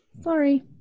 Sorry